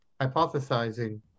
hypothesizing